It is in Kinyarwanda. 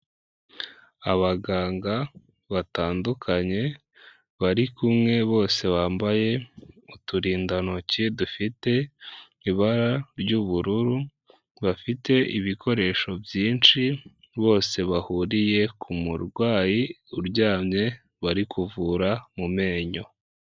Abaganga batandukanye bari kumwe bose bambaye uturindantoki dufite ibara ry'ubururu, bafite ibikoresho byinshi bose bahuriye ku murwayi uryamye bari kuvura mu menyo.